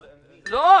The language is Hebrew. לא.